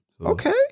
Okay